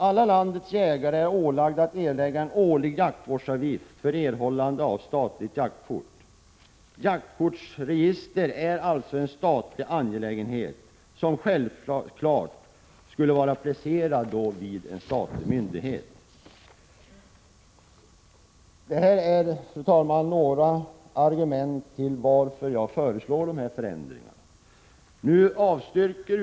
Alla landets jägare är ålagda att erlägga en årlig jaktvårdsavgift för erhållande av statligt jaktkort. Jaktkortsregistret är alltså en statlig 49 angelägenhet, och verksamheten skall självfallet vara placerad vid en statlig myndighet. Detta är några argument för de förändringar som jag har föreslagit.